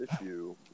issue